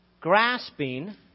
grasping